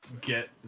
get